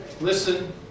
Listen